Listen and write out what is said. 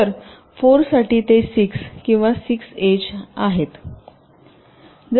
तर 4 साठी ते 6 किंवा 6 एज आहेत